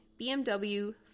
BMW